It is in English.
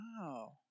wow